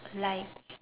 like